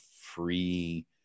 free